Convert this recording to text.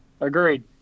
Agreed